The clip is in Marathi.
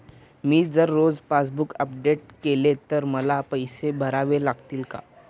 मी जर रोज पासबूक अपडेट केले तर मला पैसे भरावे लागतील का?